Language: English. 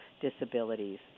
disabilities